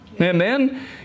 Amen